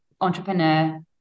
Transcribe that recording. entrepreneur